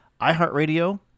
iHeartRadio